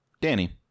Danny